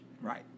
Right